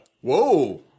Whoa